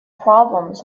problems